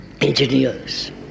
engineers